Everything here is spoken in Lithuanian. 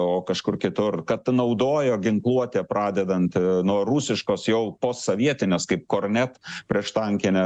o kažkur kitur kad naudojo ginkluotę pradedant nuo rusiškos jau posovietinės kaip kornet prieštankinė